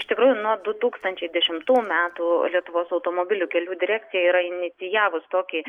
iš tikrųjų nuo du tūkstančiai dešimtų metų lietuvos automobilių kelių direkcija yra inicijavus tokį